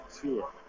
tour